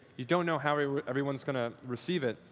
you don't know how everyone's going to receive it.